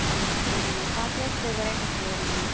ஆ சரிம்மா சாக்லேட் ஃப்ளேவரே அப்போ சொல்லிடுங்க